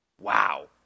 wow